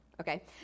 Okay